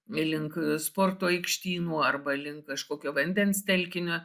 link sporto aikštynų arba link kažkokio vandens telkinio